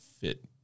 fit